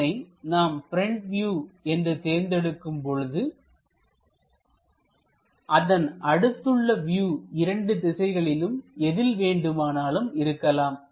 இதனை நாம் front view என்று தேர்ந்தெடுக்கும் பொழுதும் அதன் அடுத்துள்ள வியூ இரண்டு திசைகளிலும் எதில் வேண்டுமானாலும் இருக்கலாம்